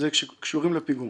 קשורות לפיגום.